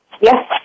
Yes